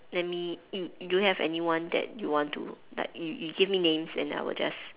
let me do~ do you have anyone that you want to like you you give me names and I will just